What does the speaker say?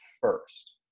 first